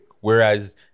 Whereas